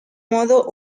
modo